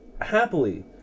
happily